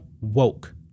woke